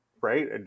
right